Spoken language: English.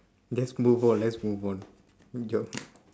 let's move on let's move on